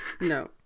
No